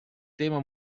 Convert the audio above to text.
tema